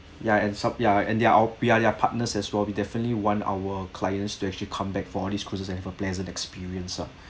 ya and some ya and they're our ya ya partners as well we definitely want our clients to actually come back for these cruises with a pleasant experience lah